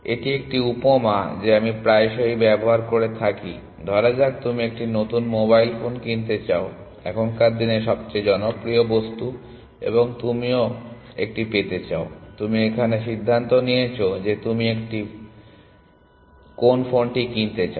এটি একটি উপমা যে আমি প্রায়শই এটি ব্যবহার করে থাকি ধরা যাক তুমি একটি নতুন মোবাইল ফোন কিনতে চাও এখনকার দিনে সবচেয়ে জনপ্রিয় বস্তু এবং তুমিও একটি পেতে চাও তুমি এখানে সিদ্ধান্ত নিয়েছো যে তুমি কোন ফোনটি কিনতে চাও